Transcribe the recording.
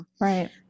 right